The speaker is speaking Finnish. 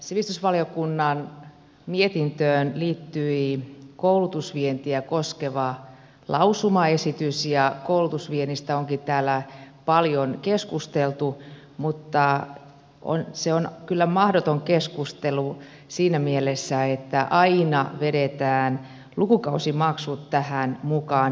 sivistysvaliokunnan mietintöön liittyi koulutusvientiä koskeva lausumaesitys ja koulutusviennistä onkin täällä paljon keskusteltu mutta se on kyllä mahdoton keskustelu siinä mielessä että aina vedetään lukukausimaksut tähän mukaan